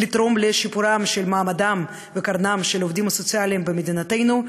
לתרום לשיפור מעמדם וקרנם של העובדים הסוציאליים במדינתנו,